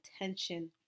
attention